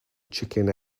chicken